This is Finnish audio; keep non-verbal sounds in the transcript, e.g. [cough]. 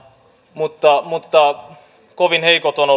mutta mutta kovin heikot ovat [unintelligible]